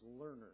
learner